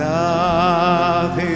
love